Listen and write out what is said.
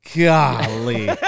golly